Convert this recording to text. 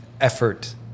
effort